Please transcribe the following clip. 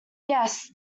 yes